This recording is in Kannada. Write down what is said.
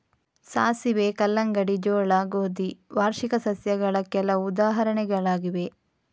ಸಾಸಿವೆ, ಕಲ್ಲಂಗಡಿ, ಜೋಳ, ಗೋಧಿ ವಾರ್ಷಿಕ ಸಸ್ಯಗಳ ಕೆಲವು ಉದಾಹರಣೆಗಳಾಗಿವೆ